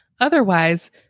Otherwise